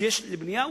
שיש לבנייה,